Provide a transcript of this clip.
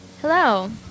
Hello